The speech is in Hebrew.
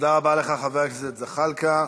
תודה רבה לך, חבר הכנסת זחאלקה.